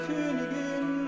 Königin